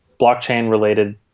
blockchain-related